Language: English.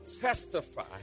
testify